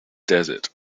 desert